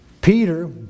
Peter